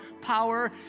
power